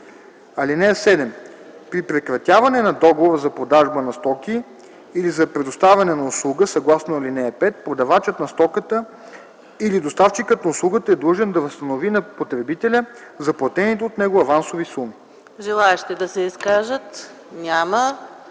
5.1. (7) При прекратяване на договора за продажба на стока или за предоставяне на услуга съгласно ал. 5 продавачът на стоката или доставчикът на услугата е длъжен да възстанови на потребителя заплатените от него авансови суми.” ПРЕДСЕДАТЕЛ ЕКАТЕРИНА